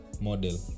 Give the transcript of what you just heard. model